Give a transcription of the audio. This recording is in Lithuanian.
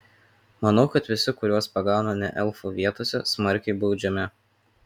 manau kad visi kuriuos pagauna ne elfų vietose smarkiai baudžiami